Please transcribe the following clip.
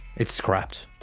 it's scrapped.